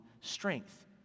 strength